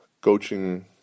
coaching